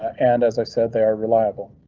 and as i said, they are reliable.